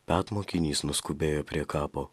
bet mokinys nuskubėjo prie kapo